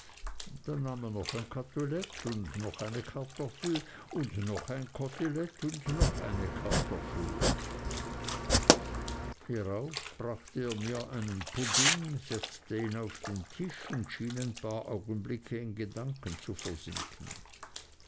dann nahm er noch ein kotelett und noch eine kartoffel und noch ein kotelett und noch eine kartoffel hierauf brachte er mir einen pudding setzte ihn auf den tisch und schien ein paar augenblicke ganz in gedanken zu versinken